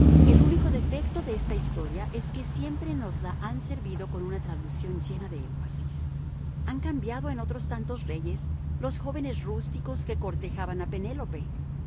el único defecto de esta historia es que siempre nos la han servido con una traducción llena de énfasis han cambiado en otros tantos reyes los jóvenes rústicos que cortejaban a penélope